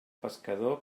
pescador